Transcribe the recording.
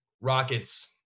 Rockets